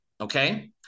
okay